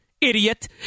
idiot